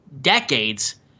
decades